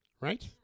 Right